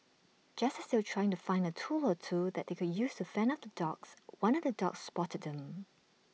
just as they were trying to find A tool or two that they could use to fend off the dogs one of the dogs spotted them